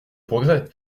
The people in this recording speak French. progrès